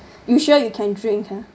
you sure you can drink ah